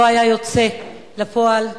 לא היה יוצא לפועל.